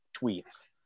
tweets